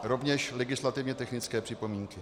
Rovněž legislativně technické připomínky.